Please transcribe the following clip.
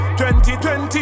2020